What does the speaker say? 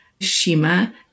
Shima